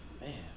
Man